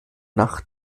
nach